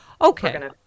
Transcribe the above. Okay